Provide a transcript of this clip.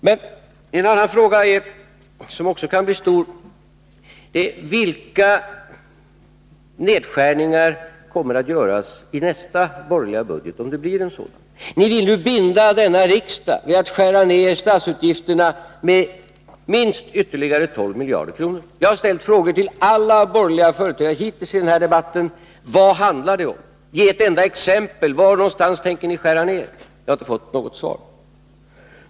Men en annan fråga som också kan bli stor är: Vilka nedskärningar kommer att göras i nästa borgerliga budget, om det blir en sådan? Ni vill ju binda denna riksdag med att skära ned statsutgifterna med minst ytterligare 12 miljarder kronor. Jag har frågat alla borgerliga företrädare hittills i denna debatt: Vad handlar det om? Kan ni ge ett enda exempel på vad ni tänker skära ner? Jag har inte fått något svar.